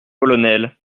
colonel